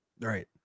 Right